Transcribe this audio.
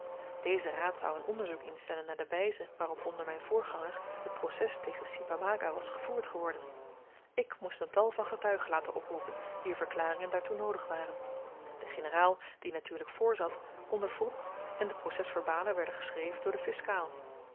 deze raad zou een onderzoek instellen naar de wyze waarop onder myn voorganger t proces tegen si pamaga was gevoerd geworden ik moest een tal van getuigen laten oproepen wier verklaringen daartoe noodig waren de generaal die natuurlyk vrzat ondervroeg en de proces verbalen werden geschreven door den fiskaal